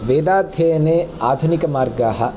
वेदाध्ययने आधुनिकमार्गाः